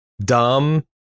dumb